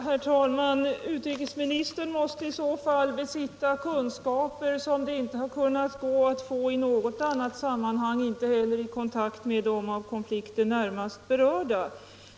Herr talman! Utrikesministern måste i så fall besitta kunskaper som det inte kunnat gå att få i något annat sammanhang, inte heller i kontakt 235 med de av konflikten närmast berörda.